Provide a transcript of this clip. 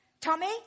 Tommy